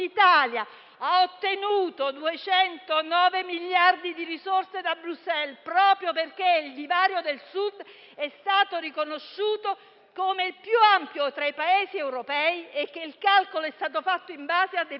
ha ottenuto 209 miliardi di risorse da Bruxelles proprio perché il divario del Sud è stato riconosciuto come il più ampio tra i Paesi europei e che il calcolo è stato fatto in base a parametri